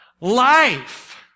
life